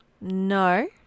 No